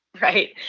Right